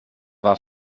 war